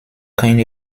keine